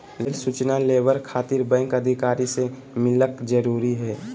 Rail सूचना labour खातिर bank अधिकारी से मिलक जरूरी है?